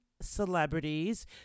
celebrities